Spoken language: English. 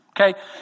Okay